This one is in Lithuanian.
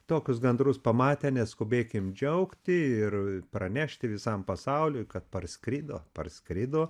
tokius gandrus pamatę neskubėkim džiaugti ir pranešti visam pasauliui kad parskrido parskrido